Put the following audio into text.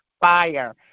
fire